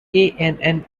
ann